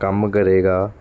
ਕੰਮ ਕਰੇਗਾ